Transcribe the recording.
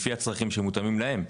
לפי הצרכים שמותאמים להם?